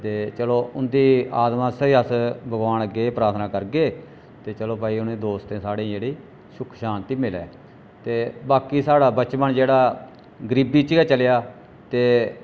ते चलो उं'दी आत्मा आस्तै बी अस भगोआन अग्गें एह् प्रार्थना करगे के चलो भाई उ'नें दोस्तें साढ़े जेह्ड़ें गी सुख शांति मिलै ते बाकी साढ़ा बचपन जेह्ड़ा गरीबी च गै चलेआ ते